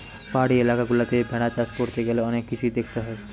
পাহাড়ি এলাকা গুলাতে ভেড়া চাষ করতে গ্যালে অনেক কিছুই দেখতে হয়